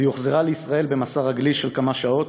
והיא הוחזרה לישראל במסע רגלי של כמה שעות,